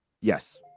Yes